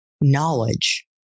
knowledge